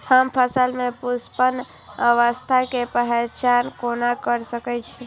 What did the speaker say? हम फसल में पुष्पन अवस्था के पहचान कोना कर सके छी?